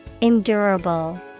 Endurable